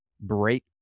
break